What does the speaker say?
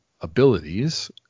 abilities